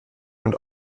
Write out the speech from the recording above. und